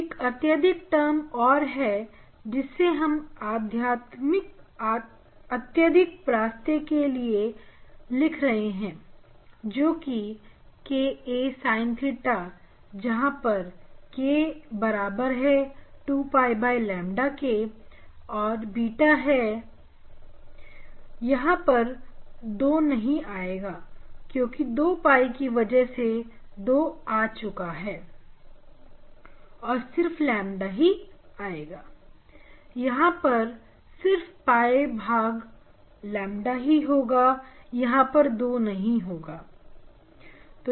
एक अत्यधिक टर्म और है जिसे हम अत्यधिक रास्ते के लिए लिख रहे हैं जो कि K a sin theta जहां पर K 2 𝝿 Lambda और यह बीटा है यहां पर 2 नहीं आएगा क्योंकि 2 𝝿 की वजह से यह 2 चला जाएगा और सिर्फ ƛ ही रह जाएगा यहां पर सिर्फ 𝝿 भाग ƛ ही होगा यह 2 नहीं होगा